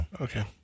okay